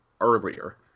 earlier